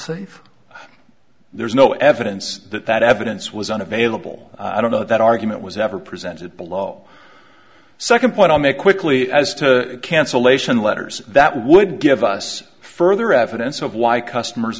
say there's no evidence that that evidence was unavailable i don't know that argument was ever presented below second point to make quickly as to cancellation letters that would give us further evidence of why customers